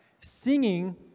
singing